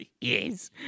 Yes